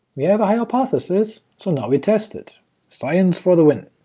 we have a hypothesis, so now we test it science for the win!